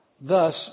thus